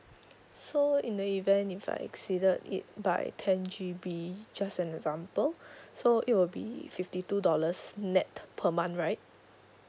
so in the event if I exceeded it by ten G_B just an example so it will be fifty two dollars nett per month right